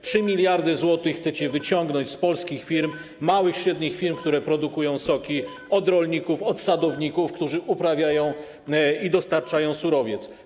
3 mld zł chcecie wyciągnąć z polskich firm, małych, średnich firm, które produkują soki, od rolników, od sadowników, którzy uprawiają i dostarczają surowiec.